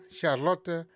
Charlotte